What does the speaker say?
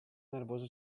nervoso